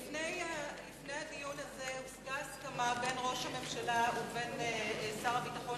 לפני הדיון הזה הושגה הסכמה בין ראש הממשלה ובין שר הביטחון